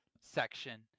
section